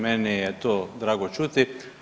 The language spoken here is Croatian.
Meni je to drago čuti.